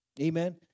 Amen